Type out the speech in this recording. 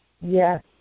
Yes